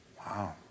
Wow